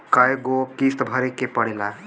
कय गो किस्त भरे के पड़ेला?